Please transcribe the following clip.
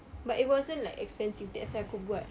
but it wasn't like expensive that's why aku buat